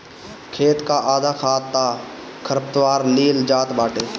खेत कअ आधा खाद तअ खरपतवार लील जात बाटे